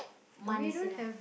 months you know